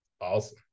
Awesome